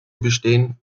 bestehen